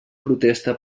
protesta